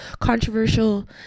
controversial